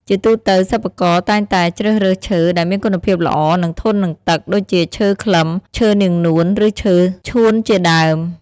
ជាទូទៅ សិប្បករតែងតែជ្រើសរើសឈើដែលមានគុណភាពល្អ និងធន់នឹងទឹក ដូចជាឈើខ្លឹម ឈើនាងនួន ឬឈើឈ្ងួនជាដើម។